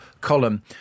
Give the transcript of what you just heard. column